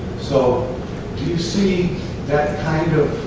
so do you see that kind of